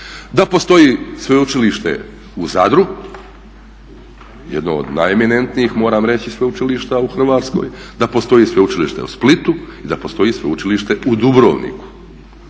Da postoji sveučilište u Zadru, jedno od najeminentnijih moram reći sveučilišta u Hrvatskoj, da postoji sveučilište u Splitu i da postoji sveučilište u Dubrovniku.